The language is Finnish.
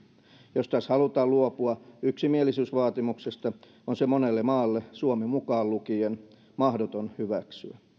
jos taas halutaan luopua yksimielisyysvaatimuksesta on se monelle maalle suomi mukaan lukien mahdoton hyväksyä